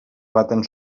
baten